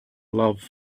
love